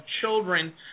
children